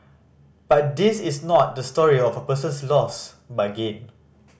but this is not the story of a person's loss but gain